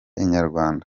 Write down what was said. inyarwanda